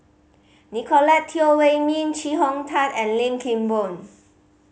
Nicolette Teo Wei Min Chee Hong Tat and Lim Kim Boon